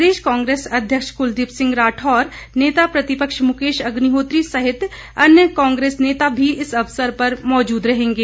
प्रदेश कांग्रेस अध्यक्ष कुलदीप सिंह राठौर नेता प्रतिपक्ष मुकेश अग्निहोत्री सहित अन्य कांग्रेस नेता भी इस अवसर पर मौजूद रहेंगे